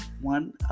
one